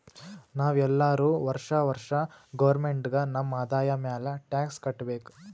ನಾವ್ ಎಲ್ಲೋರು ವರ್ಷಾ ವರ್ಷಾ ಗೌರ್ಮೆಂಟ್ಗ ನಮ್ ಆದಾಯ ಮ್ಯಾಲ ಟ್ಯಾಕ್ಸ್ ಕಟ್ಟಬೇಕ್